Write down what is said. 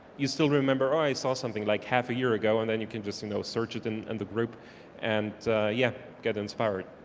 you still remember, oh i saw something like half a year ago and then you can just you know search it in and the group and yeah, get inspired.